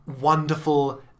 wonderful